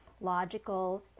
logical